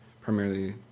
primarily